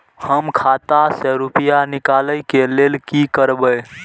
हम खाता से रुपया निकले के लेल की करबे?